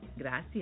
gracias